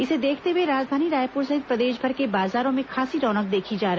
इसे देखते हुए राजधानी रायपुर सहित प्रदेषभर के बाजारों में खासी रौनक देखी जा रही है